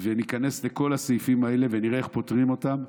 וניכנס לכל הסעיפים האלה ונראה איך פותרים אותם,